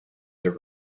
their